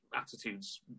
attitudes